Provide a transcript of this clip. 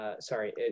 sorry